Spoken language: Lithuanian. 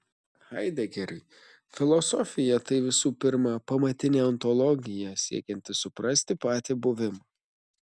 haidegeriui filosofija tai visų pirma pamatinė ontologija siekianti suprasti patį buvimą